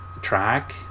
track